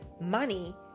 Money